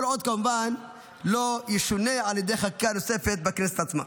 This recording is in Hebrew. כל עוד כמובן לא ישונה על ידי חקיקה נוספת בכנסת עצמה.